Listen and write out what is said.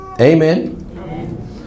Amen